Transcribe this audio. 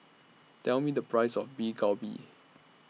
Tell Me The Price of Beef Galbi